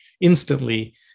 instantly